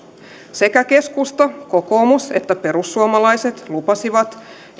sekä keskusta kokoomus että perussuomalaiset lupasivat